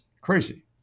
crazy